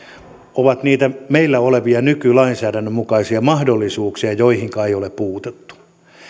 ovat meillä olevia nykylainsäädännön mukaisia mahdollisuuksia joihinka ei ole puututtu